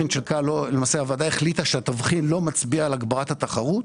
למעשה הוועדה החליטה שהתבחין לא מצביע על הגברת התחרות.